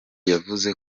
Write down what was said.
yavuze